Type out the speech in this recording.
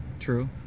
True